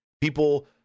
People